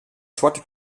zwarte